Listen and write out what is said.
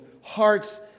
hearts